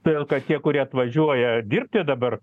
yra tokie kurie atvažiuoja dirbti dabar